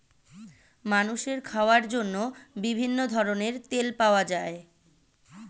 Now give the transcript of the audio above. মানুষের খাওয়ার জন্য বিভিন্ন ধরনের তেল পাওয়া যায়